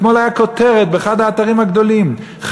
אתמול הייתה כותרת באחד האתרים הגדולים: